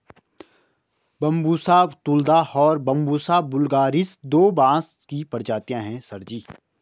Bambusa tulda और Bambusa vulgaris दो बांस की प्रजातियां हैं सर जी